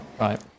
Right